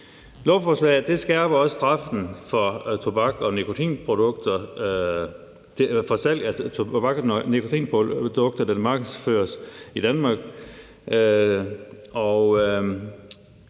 Lovforslaget skærper også straffen for salget af tobaks- og nikotinprodukter, der markedsføres i Danmark.